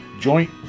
joint